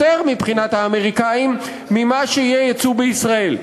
מבחינת האמריקנים ממה שיהיה ייצוא בישראל.